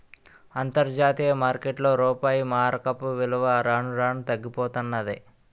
అంతర్జాతీయ మార్కెట్లో రూపాయి మారకపు విలువ రాను రానూ తగ్గిపోతన్నాది